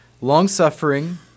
Long-suffering